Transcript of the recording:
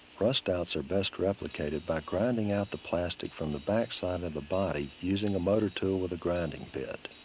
rust outs are best replicated by grinding out the plastic from the backside of the body using a motor tool with a grinding bit.